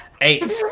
Eight